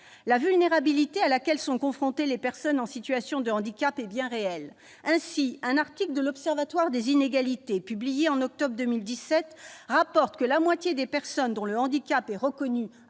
La vulnérabilité à laquelle sont confrontées les personnes en situation de handicap est bien réelle. Ainsi, un article de l'Observatoire des inégalités, publié en octobre 2017, rapporte que la moitié des personnes dont le handicap est reconnu